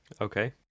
Okay